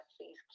please